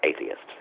atheists